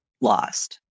lost